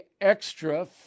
extra